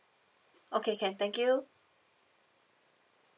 okay can thank you